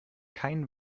keinen